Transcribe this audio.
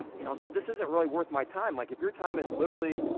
you know, this isn't really worth my time. like if your time is literally